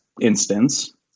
instance